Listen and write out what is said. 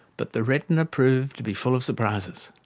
but the retina proved to be full of surprises.